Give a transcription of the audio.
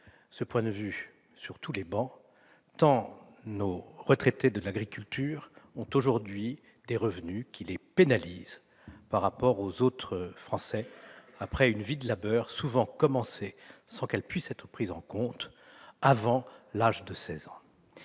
ce point de vue sur toutes les travées, tant nos retraités de l'agriculture ont aujourd'hui des revenus qui les pénalisent par rapport aux autres Français, après une vie de labeur souvent commencée, sans qu'elle puisse être prise en compte, avant l'âge de seize ans.